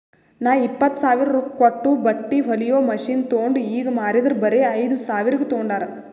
ನಾ ಇಪ್ಪತ್ತ್ ಸಾವಿರ ಕೊಟ್ಟು ಬಟ್ಟಿ ಹೊಲಿಯೋ ಮಷಿನ್ ತೊಂಡ್ ಈಗ ಮಾರಿದರ್ ಬರೆ ಐಯ್ದ ಸಾವಿರ್ಗ ತೊಂಡಾರ್